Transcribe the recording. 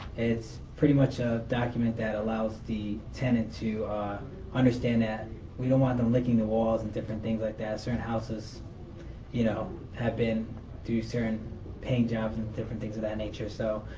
it's pretty much a document that allows the tenant to understand that we don't want them licking the walls and different things like that. certain houses you know have been through certain paint jobs and different things of that nature. so,